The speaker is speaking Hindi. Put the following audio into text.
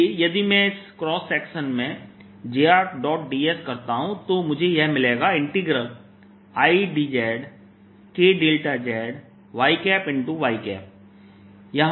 इसलिए यदि मैं इस क्रॉस सेक्शनCross Section में jrdS करता हूं तो मुझे यह मिलेगाl dz Kδzyy